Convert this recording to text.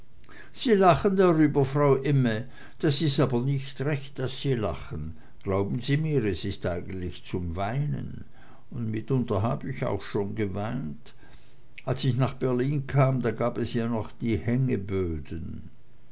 sie lachen darüber frau imme das is aber nich recht daß sie lachen glauben sie mir es is eigentlich zum weinen und mitunter hab ich auch schon geweint als ich nach berlin kam da gab es ja noch die